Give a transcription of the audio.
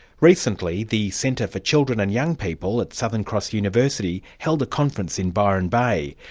recently the centre for children and young people at southern cross university held a conference in byron bay,